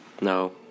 No